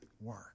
work